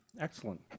Excellent